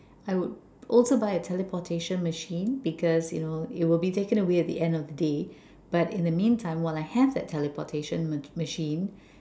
I would also buy a teleportation machine because you know it would be taken away at the end of the day but in the meantime while I have that teleportation machine